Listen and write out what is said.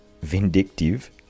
vindictive